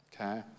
Okay